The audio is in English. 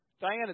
Diana